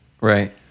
Right